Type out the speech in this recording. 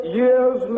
years